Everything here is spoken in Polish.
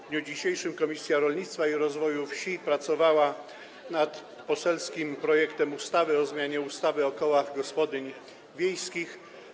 W dniu dzisiejszym Komisja Rolnictwa i Rozwoju Wsi pracowała nad poselskim projektem ustawy o zmianie ustawy o kołach gospodyń wiejskich.